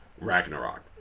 Ragnarok